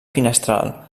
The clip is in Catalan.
finestral